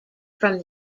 from